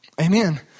Amen